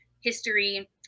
history